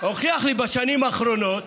בשנים האחרונות,